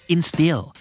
Instill